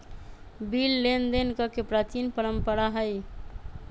bill लेनदेन कके प्राचीन परंपरा हइ